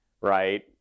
right